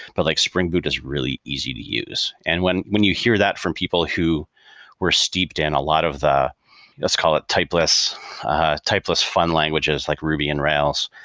but like spring boot is really easy to use. and when when you hear that from people who are steeped in a lot of the let's call it typeless ah typeless fun languages like ruby and rails,